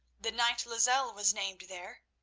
the knight lozelle was named there.